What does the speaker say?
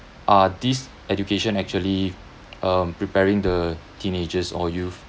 are these education actually err preparing the teenagers or youth